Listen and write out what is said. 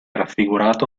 raffigurato